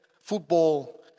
Football